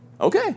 Okay